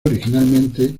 originalmente